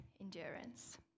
endurance